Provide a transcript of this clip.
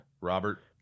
Robert